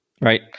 right